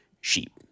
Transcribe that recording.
sheep